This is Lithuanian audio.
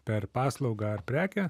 per paslaugą ar prekę